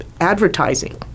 advertising